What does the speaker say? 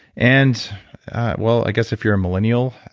and well, i guess if you're a millennial,